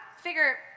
figure